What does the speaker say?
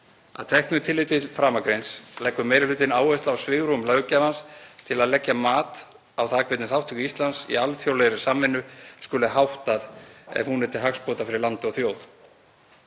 Að teknu tilliti til framangreinds leggur meiri hlutinn áherslu á svigrúm löggjafans til að leggja mat á það hvernig þátttöku Íslands í alþjóðlegri samvinnu skuli háttað ef hún er til hagsbóta fyrir land og þjóð.